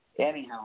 Anyhow